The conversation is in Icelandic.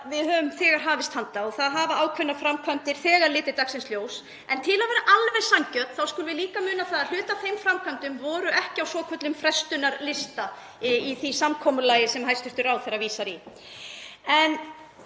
við höfum þegar hafist handa og það hafa ákveðnar framkvæmdir þegar litið dagsins ljós. En til að vera alveg sanngjörn þá skulum við líka muna það að hluti af þeim framkvæmdum var ekki á svokölluðum frestunarlista í því samkomulagi sem hæstv. ráðherra vísar í.